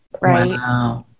Right